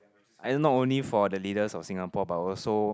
I think not only for the leaders of Singapore but also